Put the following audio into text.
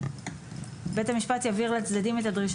(ד) בית המשפט יבהיר לצדדים את הדרישה